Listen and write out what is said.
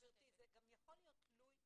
זה גם יכול להיות תלוי מצב,